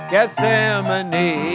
Gethsemane